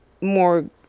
more